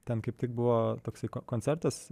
ten kaip tik buvo toksai koncertas